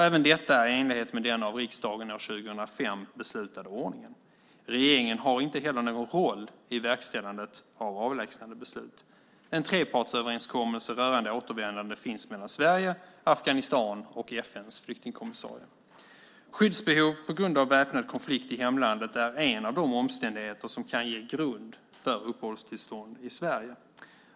Även detta är i enlighet med den av riksdagen år 2005 beslutade ordningen. Regeringen har inte heller någon roll i verkställandet av avlägsnandebeslut. En trepartsöverenskommelse rörande återvändande finns mellan Sverige, Afghanistan och FN:s flyktingkommissarie. Skyddsbehov på grund av väpnad konflikt i hemlandet är en av de omständigheter som kan ge grund för uppehållstillstånd i Sverige.